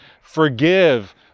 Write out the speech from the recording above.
forgive